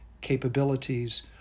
capabilities